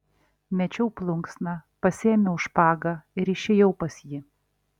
mečiau plunksną pasiėmiau špagą ir išėjau pas jį